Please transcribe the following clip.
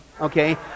Okay